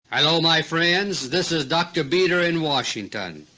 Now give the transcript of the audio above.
hello, my friends. this is dr. beter in washington.